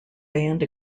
band